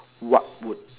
what would